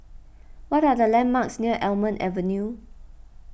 what are the landmarks near Almond Avenue